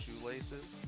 shoelaces